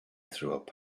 through